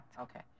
Okay